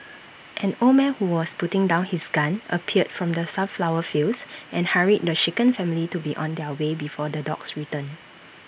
an old man who was putting down his gun appeared from the sunflower fields and hurried the shaken family to be on their way before the dogs return